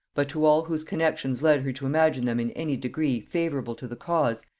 but to all whose connexions led her to imagine them in any degree favorable to the cause,